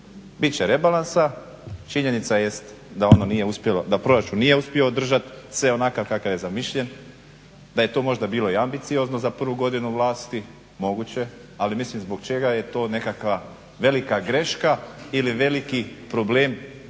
jest da ono nije uspio, da proračun nije uspio održat se onakav kakav je zamišljen, da je to možda bilo i ambiciozno za prvu godinu vlasti. Moguće, ali mislim zbog čega je to nekakva velika greška ili veliki problem malo